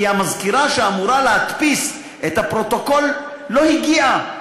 כי המזכירה שאמורה להדפיס את הפרוטוקול לא הגיעה,